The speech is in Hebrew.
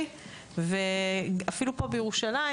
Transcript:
אפילו פה בירושלים